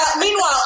meanwhile